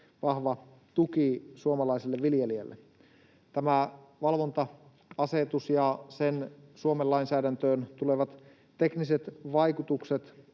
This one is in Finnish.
vahva tuki suomalaiselle viljelijälle. Tämä valvonta-asetus ja sen Suomen lainsäädäntöön tuomat tekniset vaikutukset